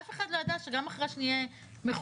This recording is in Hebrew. אף אחד לא ידע שגם אחרי שנהיה מחוסנים